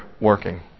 working